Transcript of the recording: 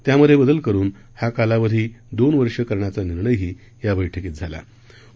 त्यामध्ये बदल करुन हा कालावधी हा दोन वर्षे करण्याचा निर्णयही या बैठकीत घेण्यात आला